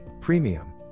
Premium